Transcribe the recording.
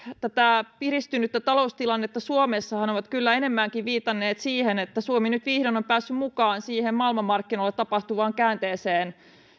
tätä piristynyttä taloustilannetta suomessa ovat kyllä enemmänkin viitanneet siihen että suomi nyt vihdoin on päässyt mukaan siihen maailmanmarkkinoilla tapahtuvaan käänteeseen